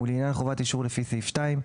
ולעניין חובת אישור לפי סעיף 2,